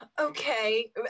Okay